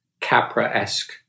Capra-esque